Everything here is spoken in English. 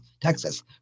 Texas